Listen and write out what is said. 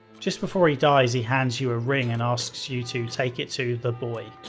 just before he dies, he hands you a ring and asks you to take it to the boy.